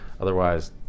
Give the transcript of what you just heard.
Otherwise